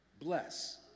Bless